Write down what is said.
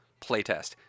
Playtest